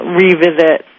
revisit